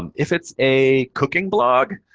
and if it's a cooking blog,